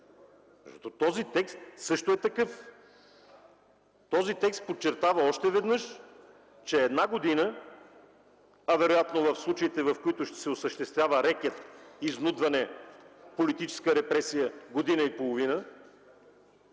Този текст също е такъв. Този текст подчертава още веднъж, че една година, а вероятно в случаите, в които ще се осъществява рекет, изнудване, политическа репресия – година и половина,